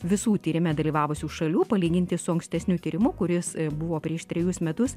visų tyrime dalyvavusių šalių palyginti su ankstesniu tyrimu kuris buvo prieš trejus metus